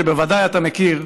שבוודאי אתה מכיר,